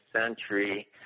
century